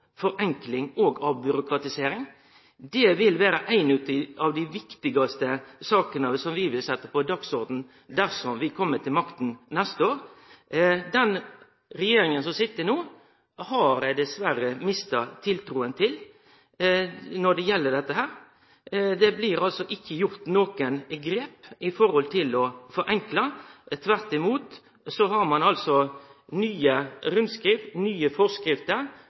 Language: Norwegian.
forenkling og avbyråkratisering. Det vil vere ei av dei viktigaste sakene som vi vil setje på dagsordenen dersom vi kjem til makta neste år. Den regjeringa som sit no, har eg dessverre mista tiltrua til når det gjeld dette. Det blir altså ikkje teke nokon grep for å forenkle, tvert imot får ein nye rundskriv og nye forskrifter